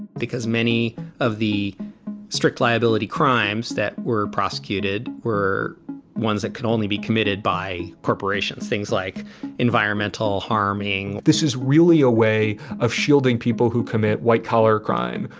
because many of the strict liability crimes that were prosecuted were ones that could only be committed by corporations, things like environmental harming this is really a way of shielding people who commit white collar crime,